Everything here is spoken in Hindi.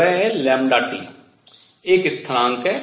वह है λT एक स्थिरांक है